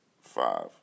five